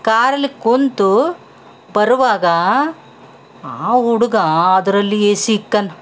ಕಾರಲ್ಲಿ ಕುಂತು ಬರುವಾಗ ಆ ಹುಡುಗ ಅದರಲ್ಲಿ ಸಿಕ್ಕನು